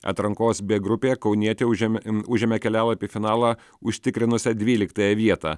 atrankos b grupėje kaunietė užėmė užėmė kelialapį į finalą užtikrinusią dvyliktąją vietą